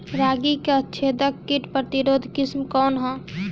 रागी क छेदक किट प्रतिरोधी किस्म कौन ह?